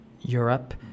Europe